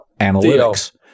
analytics